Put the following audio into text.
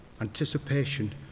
anticipation